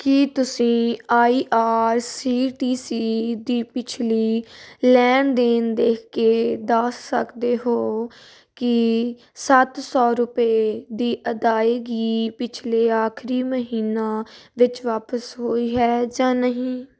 ਕੀ ਤੁਸੀਂਂ I R C T C ਦੀ ਪਿਛਲੀ ਲੈਣ ਦੇਣ ਦੇਖ ਕੇ ਦੱਸ ਸਕਦੇ ਹੋ ਕਿ ਸੱਤ ਸੌ ਰੁਪਏ ਦੀ ਅਦਾਇਗੀ ਪਿਛਲੇ ਆਖਰੀ ਮਹੀਨਾ ਵਿੱਚ ਵਾਪਸ ਹੋਈ ਹੈ ਜਾਂ ਨਹੀਂ